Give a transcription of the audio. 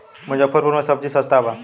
मुजफ्फरपुर में सबजी सस्ता बा